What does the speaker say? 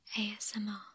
ASMR